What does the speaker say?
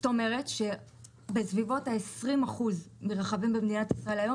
זאת אומרת שבסביבות 20% מהרכבים במדינת ישראל היום